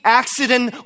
accident